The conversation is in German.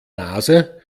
nase